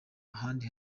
ahandi